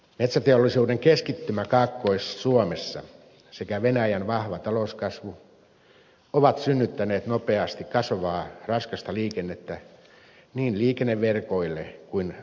metsäteollisuuden keskittymä kaakkois suomessa sekä venäjän vahva talouskasvu ovat synnyttäneet nopeasti kasvavaa raskasta liikennettä niin liikenneverkoille kuin rajanylityspaikoille